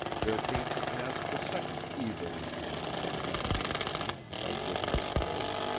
there came to pass the second evil influence from young anthony of which i spoke.